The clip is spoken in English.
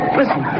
listen